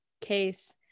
case